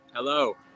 Hello